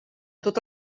tot